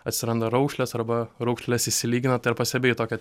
atsiranda raukšlės arba raukšles išsilygina tai ar pastebėjai tokią